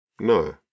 No